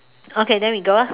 okay then we go ah